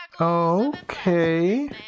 Okay